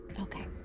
Okay